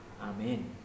Amen